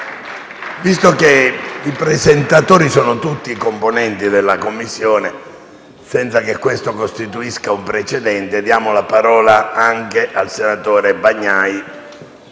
Visto che i presentatori sono tutti componenti delle Commissioni riunite, senza che questo costituisca un precedente, ha facoltà di parlare anche il senatore Bagnai,